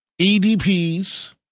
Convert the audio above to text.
EDPs